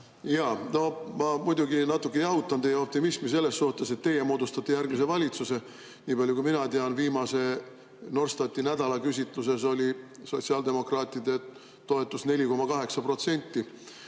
et ... Ma muidugi natuke jahutan teie optimismi selles suhtes, et teie moodustate järgmise valitsuse. Nii palju, kui mina tean, siis viimase Norstati nädalaküsitluse järgi oli toetus sotsiaaldemokraatidele 4,8%.